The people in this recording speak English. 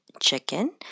chicken